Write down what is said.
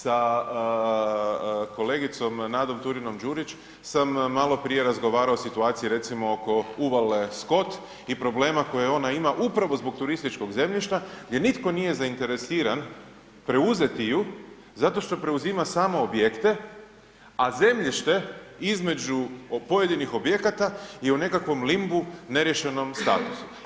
Sa kolegicom nadom Turinom Đurić sam maloprije razgovarao o situaciji recimo oko uvale Skot i problema koje ona ima upravo zbog turističkog zemljišta gdje nitko nije zainteresiran preuzeti ju zato što preuzima samo objekte a zemljište između pojedinih objekata je u nekakvom limbu, neriješenom statusu.